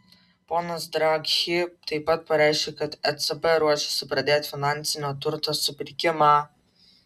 ponas draghi taip pat pareiškė kad ecb ruošiasi pradėti finansinio turto supirkimą